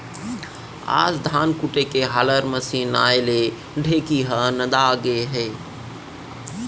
आज धान कूटे के हालर मसीन आए ले ढेंकी ह नंदा गए हे